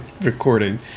recording